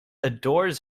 adores